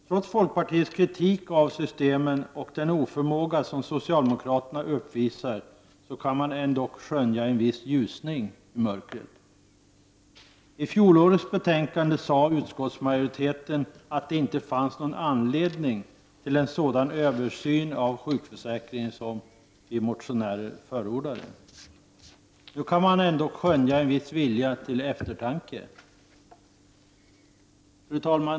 Trots folkpartiets kritik av systemet och den oförmåga som socialdemokraterna uppvisar, kan man dock skönja en viss ljusning i mörkret. I fjolårets betänkande framhöll utskottsmajoriteten att det inte fanns någon anledning att göra den översyn av sjukförsäkringen-som motionärerna förordade. Nu kan man skönja en viss vilja till eftertanke.